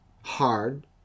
hard